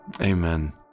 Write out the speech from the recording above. Amen